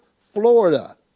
Florida